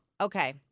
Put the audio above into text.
Okay